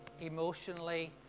Emotionally